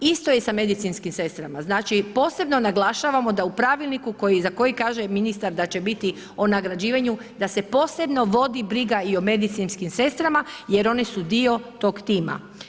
Isto je sa medicinskim sestrama, znači posebno naglašavamo da u pravilniku za koji kaže ministar da će biti o nagrađivanju, da se posebno vodi briga i o medicinskim sestrama jer oni su dio tog tima.